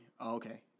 Okay